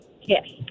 Yes